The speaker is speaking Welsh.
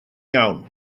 iawn